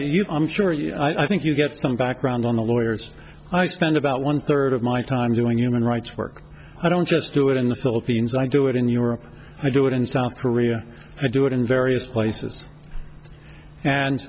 you i'm sure you i think you get some background on the lawyers i spend about one third of my time doing human rights work i don't just do it in the philippines i do it in europe i do it in style korea i do it in various places and